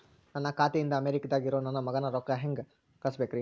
ನನ್ನ ಖಾತೆ ಇಂದ ಅಮೇರಿಕಾದಾಗ್ ಇರೋ ನನ್ನ ಮಗಗ ರೊಕ್ಕ ಹೆಂಗ್ ಕಳಸಬೇಕ್ರಿ?